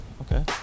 okay